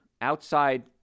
outside